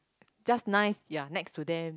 just nice you are next to them